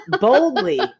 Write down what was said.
boldly